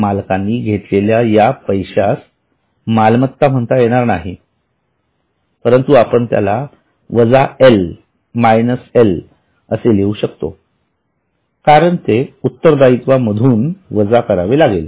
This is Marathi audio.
मालकांनी घेतलेल्या या पैश्यास मालमत्ता म्हणता येणार नाही परंतु आपण त्याला वजा एल असे लिहू शकतो कारण ते उत्तरदायित्वा मधून वजा लागेल